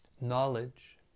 knowledge